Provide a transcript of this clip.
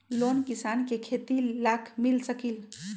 Loan किसान के खेती लाख मिल सकील?